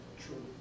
True